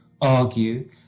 argue